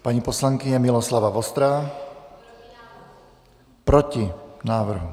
Paní poslankyně Miloslava Vostrá: Proti návrhu.